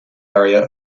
area